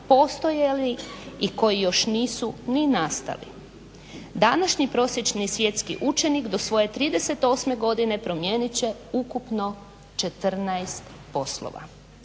postoje li i koji još nisu ni nastali. Današnji prosječni svjetski učenik do svoje 38. godine promijenit će ukupno 14 poslova.